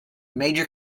major